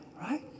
right